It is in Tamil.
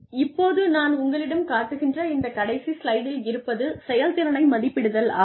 இப்போது நான் உங்களிடம் காட்டுகின்ற இந்த கடைசி ஸ்லைடில் இருப்பது செயல்திறனை மதிப்பிடுதல் ஆகும்